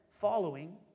following